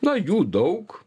na jų daug